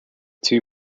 two